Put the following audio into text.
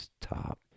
top